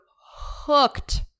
hooked